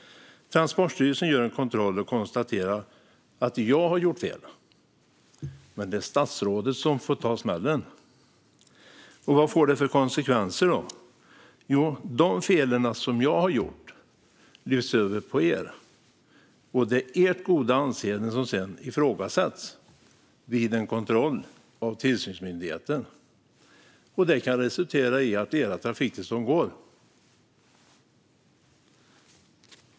Transportstyrelsen gör en kontroll och konstaterar att jag har gjort fel - men det är statsrådet som får ta smällen. Vad får det för konsekvenser? Jo, de fel som jag har gjort lyfts över på er, och det är ert goda anseende som sedan ifrågasätts vid en kontroll av tillsynsmyndigheten. Det kan resultera i att ert trafiktillstånd dras in.